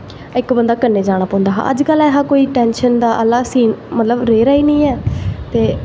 इक बंदा कन्नै जाना पौंदा हा अज्ज कल ऐहा कोई टेंशन आह्ला सीन मतलब रेह् दा गै निं ऐ